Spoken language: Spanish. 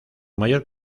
mayor